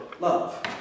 love